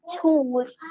tools